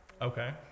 Okay